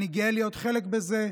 אני גאה להיות חלק בזה,